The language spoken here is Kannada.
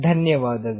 ಧನ್ಯವಾದಗಳು